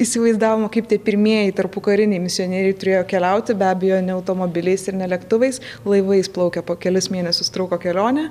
įsivaizdavimo kaip tie pirmieji tarpukariniai misionieriai turėjo keliauti be abejo ne automobiliais ir ne lėktuvais laivais plaukė po kelis mėnesius truko kelionė